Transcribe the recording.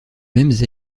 mêmes